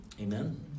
Amen